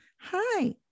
Hi